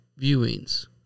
viewings